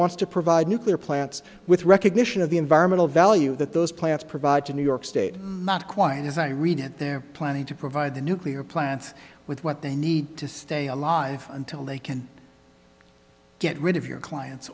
wants to provide nuclear plants with recognition of the environmental value that those plants provide to new york state not quiet as i read it they're planning to provide the nuclear plants with what they need to stay alive until they can get rid of your clients